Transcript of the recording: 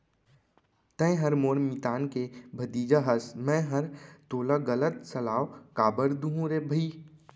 तैंहर मोर मितान के भतीजा हस मैंहर तोला गलत सलाव काबर दुहूँ रे भई